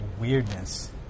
weirdness